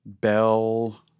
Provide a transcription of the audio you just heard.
bell